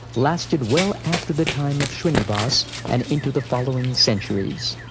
lasted well after the time of shrinivas and into the following centuries.